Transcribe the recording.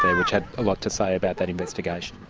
sort of which had a lot to say about that investigation.